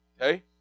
Okay